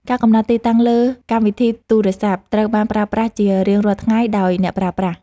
ការកំណត់ទីតាំងលើកម្មវិធីទូរសព្ទ ត្រូវបានប្រើប្រាស់ជារៀងរាល់ថ្ងៃដោយអ្នកប្រើប្រាស់។